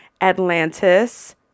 Atlantis